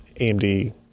AMD